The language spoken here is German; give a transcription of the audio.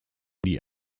die